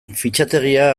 fitxategia